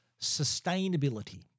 sustainability